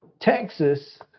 Texas